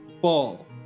ball